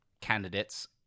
candidates